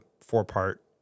four-part